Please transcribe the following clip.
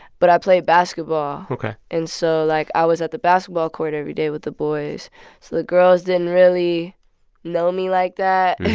but i played basketball ok and so, like, i was at the basketball court every day with the boys, so the girls didn't really know me like that